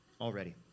Already